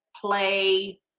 play